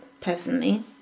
personally